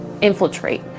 infiltrate